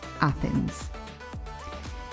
Athens